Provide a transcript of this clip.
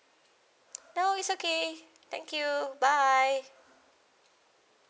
no it's okay thank you bye